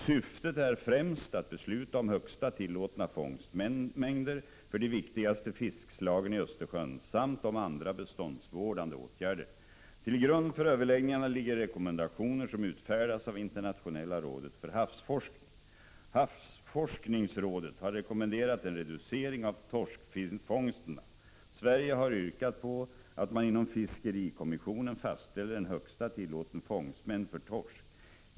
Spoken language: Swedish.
Syftet är främst att besluta om högsta tillåtna fångstmängder för de viktigaste fiskslagen i Östersjön samt om andra beståndsvårdande åtgärder. Till grund för överläggningarna ligger rekommendationer som utfärdas av Internationella Rådet för Havsforskning. Havsforskningsrådet har rekommenderat en reducering av torskfångsterna. Sverige har yrkat på att man inom fiskerikommissionen fastställer en högsta tillåten fångstmängd för torsk.